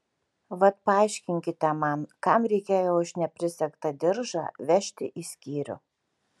vat paaiškinkite man kam reikėjo už neprisegtą diržą vežti į skyrių